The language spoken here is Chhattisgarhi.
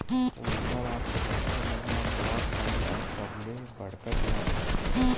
उड़ीसा राज के मनखे मन ह नवाखाई ल सबले बड़का तिहार मानथे